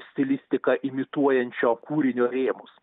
stilistiką imituojančio kūrinio rėmus